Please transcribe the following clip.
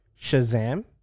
Shazam